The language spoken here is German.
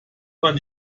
man